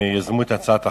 שיזמו את הצעת החוק.